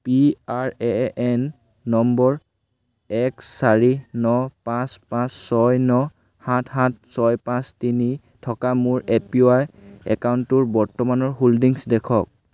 P R A N নম্বৰ এক চাৰি ন পাঁচ পাঁচ ছয় ন সাত সাত ছয় পাঁচ তিনি থকা মোৰ এ পি ৱাই একাউণ্টটোৰ বৰ্তমানৰ হোল্ডিংছ দেখুৱাওক